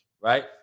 right